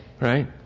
Right